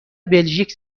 بلژیک